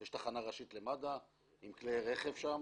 יש תחנה ראשית למד"א עם כלי רכב שם,